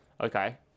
okay